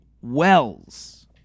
Wells